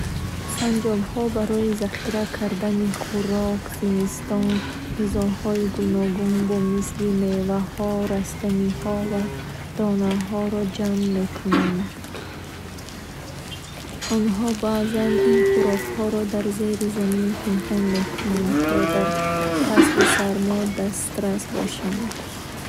Санчобхо барои захира кардани хӯрок зимистон, ғизоҳои гуногун, ба мисли меваҳо, растаниҳо ва донаҳоро ҷамъ мекунанд. Вай баъзан ин хӯрокро дар зери замин пинҳон мекунанд, то дар фасли сармо дастрас бошанд.